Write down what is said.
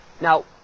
Now